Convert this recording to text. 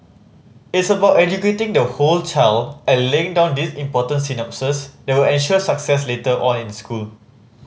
it's about educating the whole child and laying down these important synapses that will ensure success later on in school